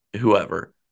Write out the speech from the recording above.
whoever